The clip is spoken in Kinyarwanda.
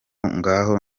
ngaho